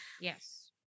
Yes